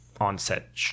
on-set